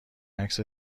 عکس